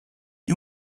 you